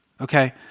okay